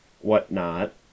whatnot